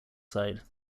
side